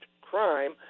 crime